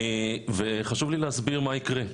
וחשוב לי להסביר מה יקרה.